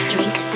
Drink